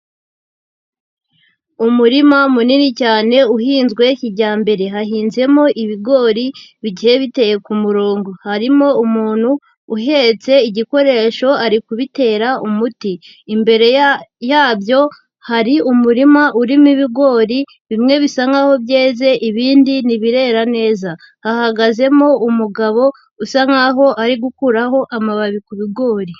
Umurima munini cyane uhinzwe kijyambere, hahinzemo ibigori bigiye biteye ku murongo, harimo umuntu uhetse igikoresho ari kubitera umuti, imbere yabyo hari umurima urimo ibigori bimwe bisa nkaho byeze, ibindi ntibirera neza, hahagazemo umugabo usa nk'aho ari gukuraho amababi ku bigori.